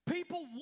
People